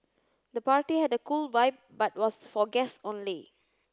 the party had a cool vibe but was for guests only